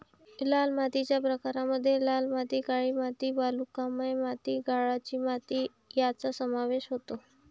मातीच्या प्रकारांमध्ये लाल माती, काळी माती, वालुकामय माती, गाळाची माती यांचा समावेश होतो